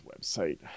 website